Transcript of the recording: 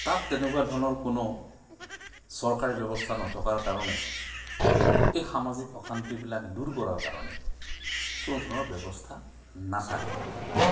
তাত তেনেকুৱা ধৰণৰ কোনো চৰকাৰী ব্যৱস্থা নথকাৰ কাৰণে এই সামাজিক অশান্তিবিলাক দূৰ কৰাৰ কাৰণে কোনো ধৰণৰ ব্যৱস্থা নাথাকে